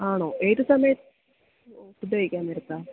ആണോ ഏത് സമയം ഓ ഫുഡ് കഴിക്കാൻ നേരത്താണ്